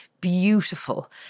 beautiful